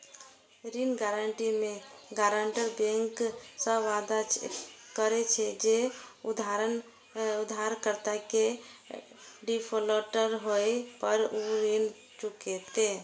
ऋण गारंटी मे guarantor bank सं वादा करे छै, जे उधारकर्ता के डिफॉल्टर होय पर ऊ ऋण चुकेतै